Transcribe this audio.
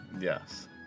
Yes